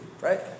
Right